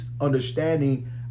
understanding